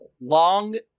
long